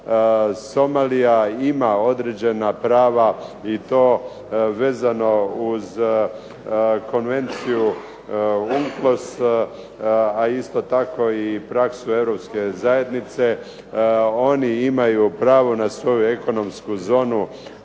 Somalija ima određena prava i to vezano uz konvenciju …/Ne razumije se./…, a isto tako i praksu europske zajednice. Oni imaju pravo na svoju ekonomsku zonu